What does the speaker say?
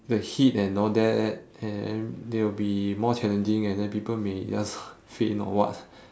the heat and all that at and they will be more challenging and then people may just faint or what